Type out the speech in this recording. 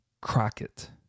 Crockett